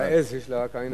על העז, שיש לה רק עין אחת.